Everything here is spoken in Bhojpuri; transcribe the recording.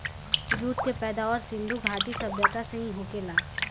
जूट के पैदावार सिधु घाटी सभ्यता से ही होखेला